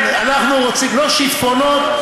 לא שיטפונות,